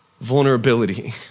vulnerability